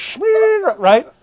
right